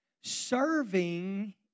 Serving